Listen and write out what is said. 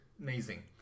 amazing